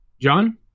John